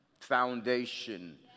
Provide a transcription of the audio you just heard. foundation